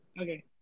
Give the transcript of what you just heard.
Okay